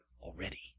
already